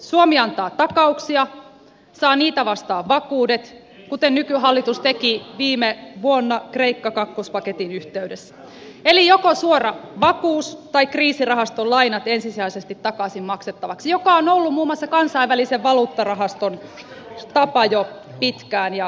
suomi antaa takauksia saa niitä vastaan vakuudet kuten nykyhallitus teki viime vuonna kreikka kakkospaketin yhteydessä eli joko suora vakuus tai kriisirahaston lainat ensisijaisesti takaisin maksettavaksi mikä on ollut jo pitkään muun muassa kansainvälisen valuuttarahaston tapa ja yleinen käytäntö